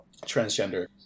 transgender